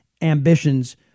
ambitions